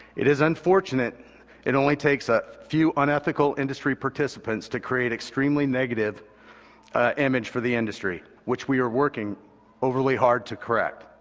it is unfortunate it only takes a few unethical industry participants to create an extremely negative image for the industry, which we are working overly hard to correct.